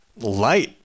light